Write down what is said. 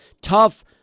Tough